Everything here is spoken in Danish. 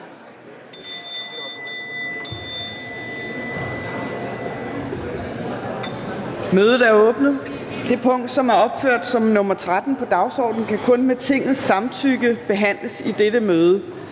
(Trine Torp): Det punkt, som er opført som nr. 13 på dagsordenen, kan kun med Tingets samtykke behandles i dette møde.